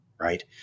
right